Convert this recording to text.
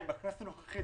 בכנסת הנוכחית,